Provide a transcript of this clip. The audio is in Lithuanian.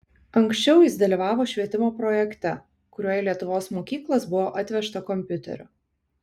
anksčiau jis dalyvavo švietimo projekte kuriuo į lietuvos mokyklas buvo atvežta kompiuterių